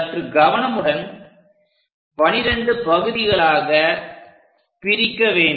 சற்று கவனமுடன் 12 பகுதிகளாக பிரிக்க வேண்டும்